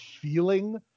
feeling